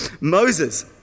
Moses